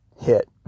hit